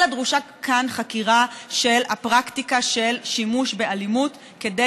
אלא דרושה כאן חקירה של הפרקטיקה של שימוש באלימות כדי